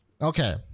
okay